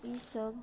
ई सभ